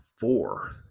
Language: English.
four